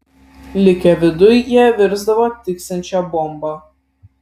likę viduj jie virsdavo tiksinčia bomba